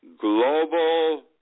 Global